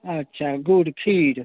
अच्छा गुड़ खीर